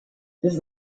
this